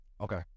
Okay